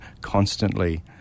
constantly